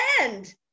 end